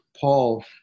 Paul